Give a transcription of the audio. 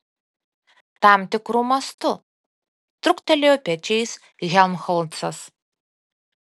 tam tikru mastu truktelėjo pečiais helmholcas